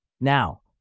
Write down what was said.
Now